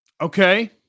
Okay